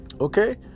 Okay